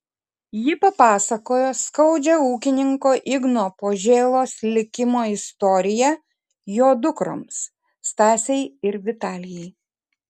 ji papasakojo skaudžią ūkininko igno požėlos likimo istoriją jo dukroms stasei ir vitalijai